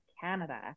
Canada